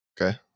okay